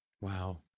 Wow